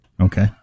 Okay